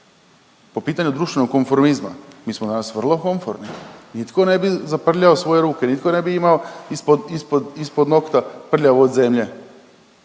Po pitanju društvenog konformizma, mi smo danas vrlo komforni, nitko ne bi zaprljao svoje ruke, nitko ne bi imao ispod, ispod, ispod nokta prljavo od zelje.